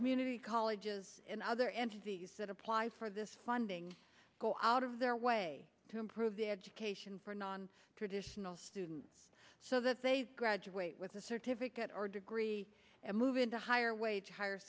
community colleges and other entities that apply for this funding go out of their way to improve the education for non traditional students so that they graduate with a certificate or degree and move into higher wage higher